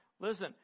Listen